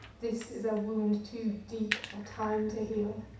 this is a wound too deep for time to heal.